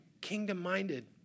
kingdom-minded